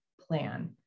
plan